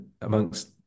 amongst